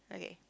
okay